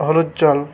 হলুদ জল